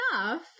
enough